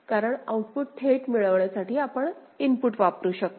कारण आउटपुट थेट मिळविण्यासाठी आपण इनपुट वापरू शकतो